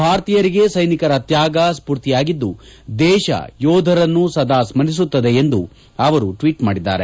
ಭಾರತೀಯರಿಗೆ ಸೈನಿಕರ ತ್ಯಾಗ ಸ್ಫೂರ್ತಿಯಾಗಿದ್ದು ದೇಶ ಯೋಧರನ್ನು ಸದಾ ಸ್ಮರಿಸುತ್ತದೆ ಎಂದು ಅವರು ಟ್ವೀಟ್ ಮಾಡಿದ್ದಾರೆ